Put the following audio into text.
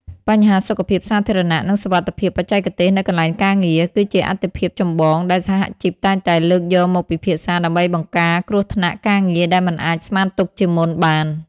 បញ្ហាសុខភាពសាធារណៈ និងសុវត្ថិភាពបច្ចេកទេសនៅកន្លែងការងារ គឺជាអាទិភាពចម្បងដែលសហជីពតែងតែលើកយកមកពិភាក្សា ដើម្បីបង្ការគ្រោះថ្នាក់ការងារដែលមិនអាចស្មានទុកជាមុនបាន។